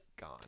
Gone